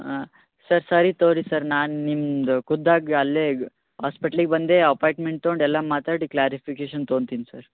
ಹಾಂ ಸರ್ ಸರಿ ತೊಗೋರಿ ಸರ್ ನಾನು ನಿಮ್ದು ಖುದ್ದಾಗ್ ಅಲ್ಲೇ ಹಾಸ್ಪಿಟ್ಲಿಗೆ ಬಂದೇ ಅಪಾಯ್ಟ್ಮೆಂಟ್ ತೊಗೊಂಡು ಎಲ್ಲ ಮಾತಾಡಿ ಕ್ಲಾರಿಫಿಕೇಷನ್ ತಗೊತೀನಿ ಸರ್